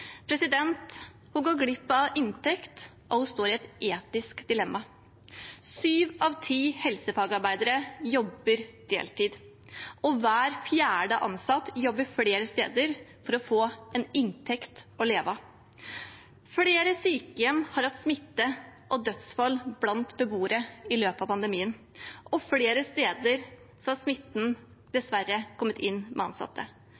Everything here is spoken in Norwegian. Hun går glipp av inntekt, og hun står i et etisk dilemma. Syv av ti helsefagarbeidere jobber deltid, og hver fjerde ansatt jobber flere steder for å få en inntekt å leve av. Flere sykehjem har hatt smitte og dødsfall blant beboere i løpet av pandemien, og flere steder har smitten dessverre kommet inn med ansatte.